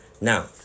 Now